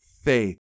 faith